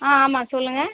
ஆ ஆமாம் சொல்லுங்கள்